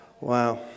Wow